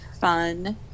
fun